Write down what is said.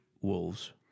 Wolves